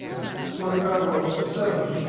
six forty five or seven